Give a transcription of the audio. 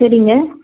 சரிங்க